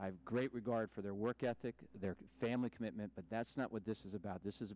i have great regard for their work ethic their family commitment but that's not what this is about this is